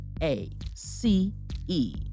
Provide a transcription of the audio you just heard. A-C-E